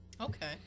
Okay